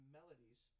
melodies